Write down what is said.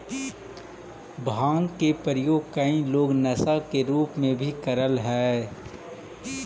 भाँग के प्रयोग कई लोग नशा के रूप में भी करऽ हई